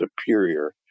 superior